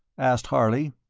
asked harley.